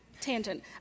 tangent